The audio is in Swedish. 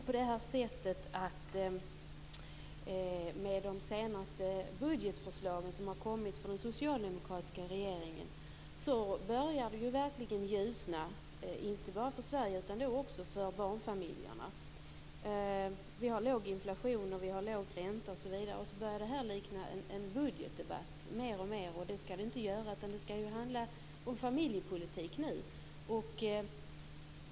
Herr talman! I de budgetförslag som har kommit senast från den socialdemokratiska regeringen kan vi se att det verkligen börjar ljusna inte bara för Sverige utan också för barnfamiljerna. Vi har låg inflation, låga räntor osv. Detta börjar mer och mer likna en budgetdebatt, och det skall det inte göra. Det skall handla om familjepolitik nu.